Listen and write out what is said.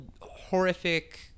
horrific